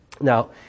Now